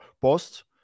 post